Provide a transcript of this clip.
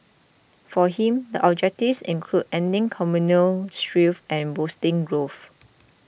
for him the objectives included ending communal strife and boosting growth